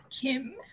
Kim